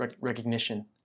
recognition